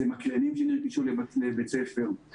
זה מקרנים שנרכשו לבית הספר.